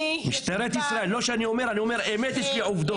אני אומר אמת, יש לי עובדות.